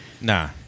Nah